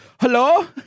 hello